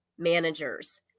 managers